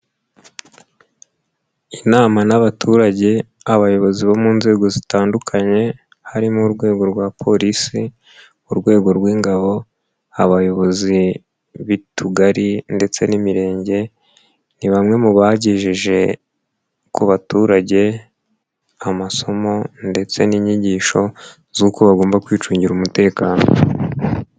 Inama n'abaturage abayobozi bo mu nzego zitandukanye, harimo urwego rwa Polisi, urwego rw'ingabo, abayobozi b'Utugari ndetse n'Imirenge, ni bamwe mu bagejeje ku baturage amasomo ndetse n'inyigisho z'uko bagomba kwicungira umutekano.